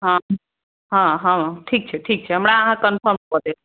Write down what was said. हॅं हॅं हॅं ठीक छै ठीक छै हमरा अहाँ कन्फ़र्म कऽ देब